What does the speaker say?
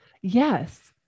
yes